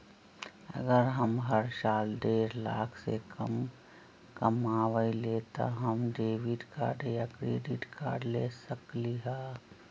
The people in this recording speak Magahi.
अगर हम हर साल डेढ़ लाख से कम कमावईले त का हम डेबिट कार्ड या क्रेडिट कार्ड ले सकली ह?